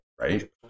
right